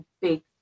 big